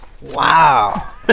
Wow